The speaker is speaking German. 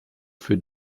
für